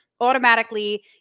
automatically